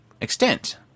extent